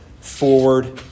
forward